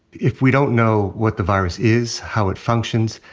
if we don't know what the virus is, how it functions,